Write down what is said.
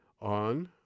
on